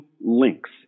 links